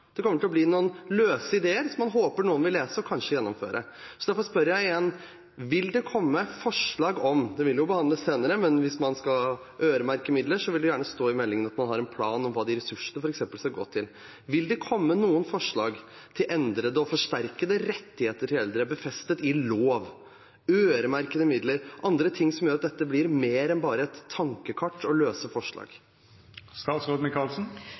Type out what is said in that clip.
det kommer til å bli noen løse ideer som man håper noen vil lese, og kanskje gjennomføre. Derfor spør jeg igjen: Dette vil jo behandles senere, men hvis man skal øremerke midler, vil det gjerne stå i meldingen at man har en plan for hva de ressursene f.eks. skal gå til. Vil det komme noen forslag til endrede og forsterkede rettigheter for eldre nedfelt i lov, øremerkede midler eller andre ting, som gjør at dette blir mer enn bare et tankekart og løse